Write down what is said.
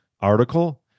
article